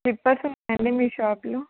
slippers ఉన్నాయండి మీ షాప్లో